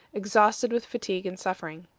exhausted with fatigue and suffering.